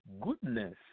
goodness